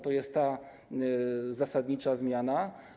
To jest zasadnicza zmiana.